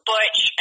Butch